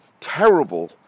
terrible